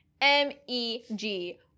M-E-G